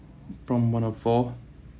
prompt one of four